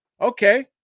okay